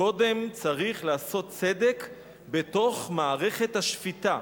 קודם צריך לעשות צדק בתוך מערכת השפיטה.